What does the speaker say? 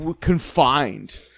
confined